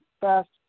Fast